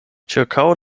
ĉirkaŭ